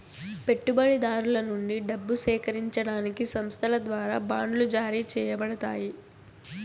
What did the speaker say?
పెట్టుబడిదారుల నుండి డబ్బు సేకరించడానికి సంస్థల ద్వారా బాండ్లు జారీ చేయబడతాయి